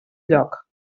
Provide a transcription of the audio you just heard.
lloc